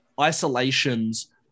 isolations